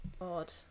odd